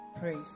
Praise